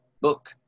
book